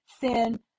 sin